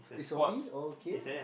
is or me okay